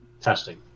testing